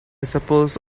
suppose